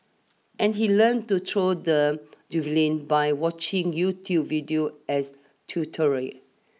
and he learnt to throw the javelin by watching YouTube videos as tutorial